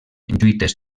lluites